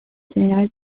generale